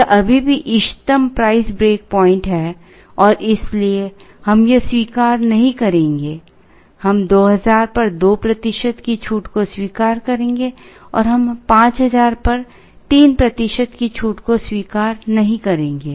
यह अभी भी इष्टतम प्राइस ब्रेक प्वाइंट है और इसलिए हम यह स्वीकार नहीं करेंगे हम 2000 पर 2 प्रतिशत की छूट को स्वीकार करेंगे और हम 5000 पर 3 प्रतिशत की छूट को स्वीकार नहीं करेंगे